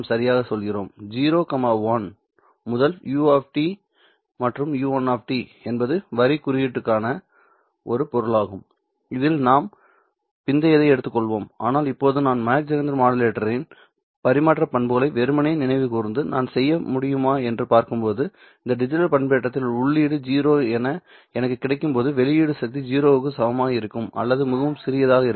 0 1 முதல் uo மற்றும் u1 என்பது வரி குறியீட்டுக்கான ஒரு பொருளாகும் இதில் நாம் பிந்தையதை எடுத்துக்கொள்வோம் ஆனால் இப்போது நான் மாக் ஜெஹெண்டர் மாடுலேட்டரின் பரிமாற்ற பண்புகளை வெறுமனே நினைவு கூர்ந்து நான் செய்ய முடியுமா என்று பார்க்கும் போது இந்த டிஜிட்டல் பண்பேற்றத்தில் உள்ளீடு 0 என எனக்கு கிடைக்கும் போது வெளியீட்டு சக்தி 0 க்கு சமமாக இருக்கும் அல்லது மிகவும் சிறியதாக இருக்கும்